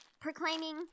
proclaiming